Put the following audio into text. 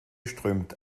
strömt